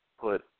put